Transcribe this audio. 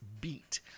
beat